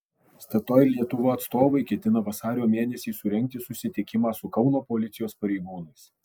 statoil lietuva atstovai ketina vasario mėnesį surengti susitikimą su kauno policijos pareigūnais